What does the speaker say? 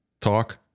talk